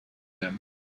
them